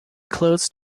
close